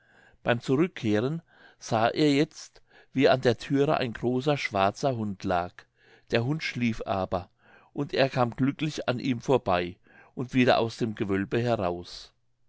beim zurückkehren sah er jetzt wie an der thüre ein großer schwarzer hund lag der hund schlief aber und er kam glücklich an ihm vorbei und wieder aus dem gewölbe heraus